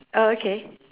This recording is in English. oh okay